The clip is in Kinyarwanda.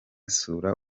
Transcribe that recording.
sura